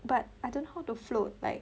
but I don't know how to float like